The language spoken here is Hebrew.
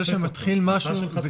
סביר שמאפשר לכולם לראות מה קורה.